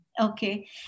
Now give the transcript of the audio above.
Okay